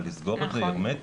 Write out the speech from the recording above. אבל לסגור את זה הרמטית?